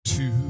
Two